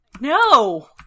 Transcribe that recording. no